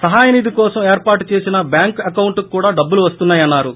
సహాయ నిధి కోసం ఏర్పాటు చేసిన బ్యాంకు అకౌంట్కు కూడా డబ్బులు వస్తున్నాయన్నారు